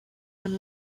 and